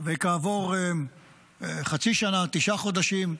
וכעבור חצי שנה, תשעה חודשים,